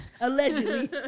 Allegedly